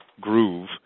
groove